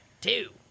two